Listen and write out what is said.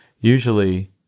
Usually